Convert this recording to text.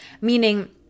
meaning